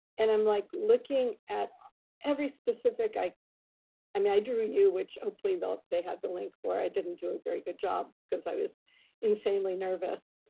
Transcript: and i'm like looking at every specific, i i mean, i drew you, which hopefully though they had the link for, i didn't do a very good job cause i was insanely nervous.